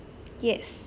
yes